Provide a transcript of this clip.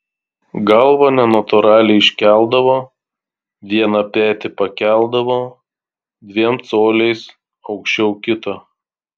galvą nenatūraliai iškeldavo vieną petį pakeldavo dviem coliais aukščiau kito